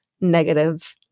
negative